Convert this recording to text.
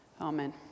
Amen